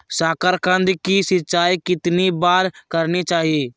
साकारकंद की सिंचाई कितनी बार करनी चाहिए?